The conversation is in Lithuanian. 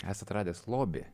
esat radęs lobį